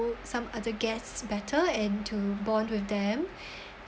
some other guests better and to bond with them